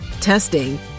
testing